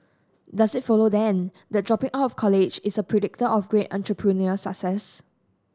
does it follow then that dropping out of college is a predictor of great entrepreneurial success